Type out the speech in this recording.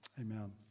Amen